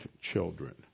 children